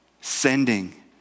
Sending